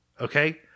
okay